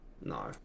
No